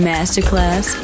Masterclass